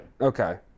okay